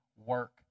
work